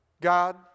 God